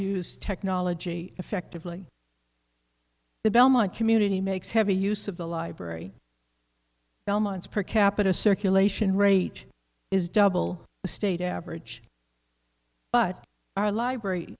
use technology effectively the belmont community makes heavy use of the library belmont's per capita circulation rate is double the state average but our library